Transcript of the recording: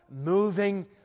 moving